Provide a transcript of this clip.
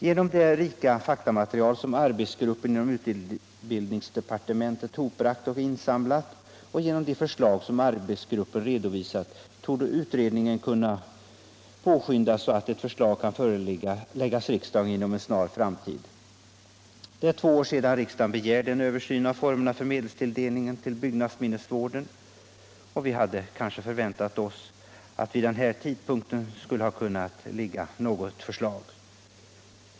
Genom det rika faktamaterial som arbetsgruppen inom utbildningsdepartementet insamlat och genom de förslag som arbetsgruppen redovisat torde utredningen kunna påskyndas, så att ett förslag kan föreläggas riksdagen inom en snar framtid. Det är två år sedan riksdagen begärde en översyn av formerna för medelstilldelningen till bvggnadsminnesvården, och vi hade kanske förväntat oss att det vid den här tidpunkten skulle ha kunnat föreligga något förslag.